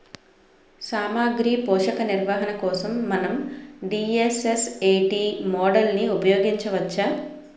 సామాగ్రి పోషక నిర్వహణ కోసం మనం డి.ఎస్.ఎస్.ఎ.టీ మోడల్ని ఉపయోగించవచ్చా?